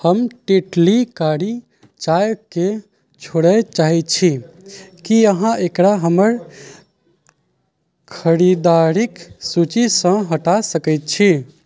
हम टेटली कारी चायके छोड़ए चाहैत छी की अहाँ एकरा हमर खरीदारिक सूचीसँ हटा सकैत छी